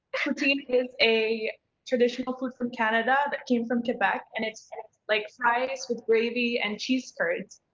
poutine is a traditional food from canada that came from quebec. and it's like fries with gravy and cheese curds.